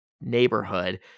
neighborhood